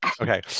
Okay